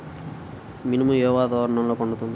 మినుము ఏ వాతావరణంలో పండుతుంది?